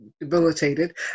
debilitated